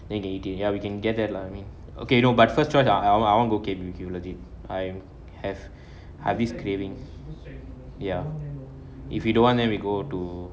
ya we can get that lah I mean okay no but first choice I I want go K_B_B_Q legit I'm have have this craving ya if he don't want then we go to